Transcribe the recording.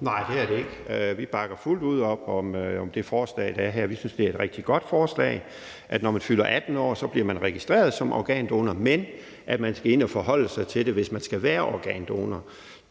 Nej, det er det ikke. Vi bakker fuldt ud op om det forslag, der er her. Vi synes, at det er et rigtig godt forslag, at når man fylder 18 år, bliver man registreret som organdonor, men at man skal ind og forholde sig til det, hvis man skal være organdonor.